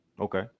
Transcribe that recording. Okay